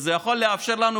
וזה יכול לאפשר לנו,